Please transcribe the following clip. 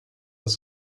das